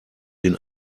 den